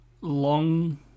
long